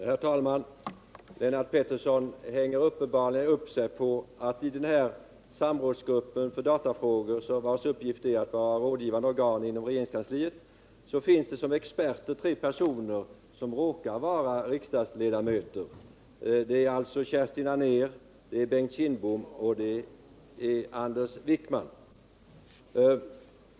Herr talman! Lennart Pettersson hänger uppenbarligen upp sig på att i samrådsgruppen för datafrågor, vars uppgift är att vara rådgivande organ för regeringskansliet, finns det som experter tre personer som råkar vara riksdagsledamöter. Det är Kerstin Anér, Bengt Kindbom och Anders Wijkman.